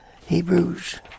Hebrews